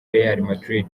real